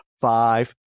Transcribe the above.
five